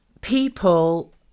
people